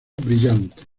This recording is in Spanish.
brillante